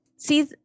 See